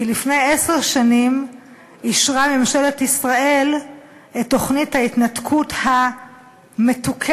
כי לפני עשר שנים אישרה ממשלת ישראל את תוכנית ההתנתקות ה"מתוקנת",